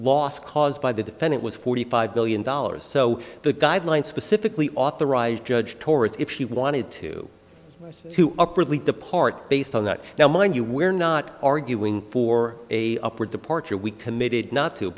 loss caused by the defendant was forty five million dollars so the guidelines specifically authorized judge torts if he wanted to up or at least the part based on that now mind you we're not arguing for a upward departure we committed not to